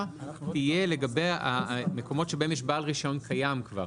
יהיה לגבי המקומות שבהם יש בעל רישיון קיים כבר,